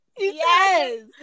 yes